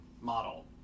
model